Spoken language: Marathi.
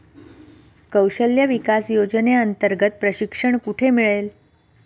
कौशल्य विकास योजनेअंतर्गत प्रशिक्षण कुठे मिळेल?